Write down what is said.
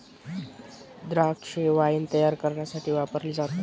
द्राक्षे वाईन तायार करण्यासाठी वापरली जातात